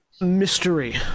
mystery